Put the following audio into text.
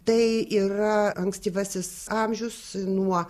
tai yra ankstyvasis amžius nuo